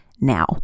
now